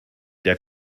der